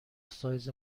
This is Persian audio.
سایز